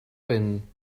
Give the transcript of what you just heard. vent